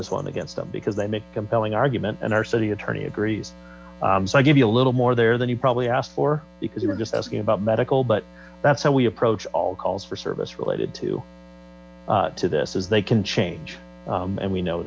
this one against them because they make a compelling argument and our city attorney agrees so i give a little more there than you probably asked for because you were just asking about medical but that's how we approach all calls for service related to to this is they can change and we know